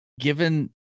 given